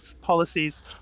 policies